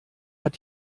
hat